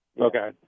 Okay